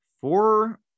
four